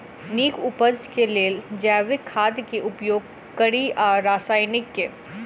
नीक उपज केँ लेल जैविक खाद केँ उपयोग कड़ी या रासायनिक केँ?